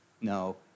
No